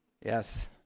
Yes